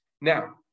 Now